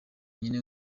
nyine